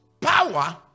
power